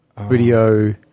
Video